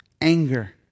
anger